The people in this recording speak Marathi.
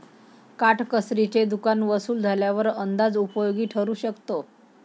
काटकसरीचे दुकान वसूल झाल्यावर अंदाज उपयोगी ठरू शकतो